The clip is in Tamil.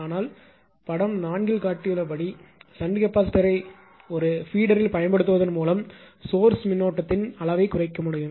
ஆனால் படம் 4 இல் காட்டப்பட்டுள்ளபடி ஷன்ட் கெபாசிட்டரை ஒரு பீடர்ல் பயன்படுத்துவதன் மூலம் சோர்ஸ் மின்னோட்டத்தின்கரண்ட் அளவைக் குறைக்க முடியும்